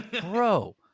Bro